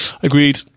Agreed